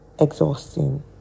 exhausting